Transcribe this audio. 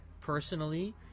personally